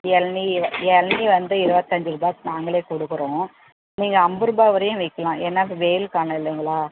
இளநீ இளநீ வந்து இருபத்தஞ்சி ரூபாய் நாங்களே கொடுக்குறோம் நீங்கள் அம்பது ரூபாய் வரையும் விற்கலாம் ஏன்னால் இது வெயில் காலம் இல்லைங்களா